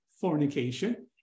fornication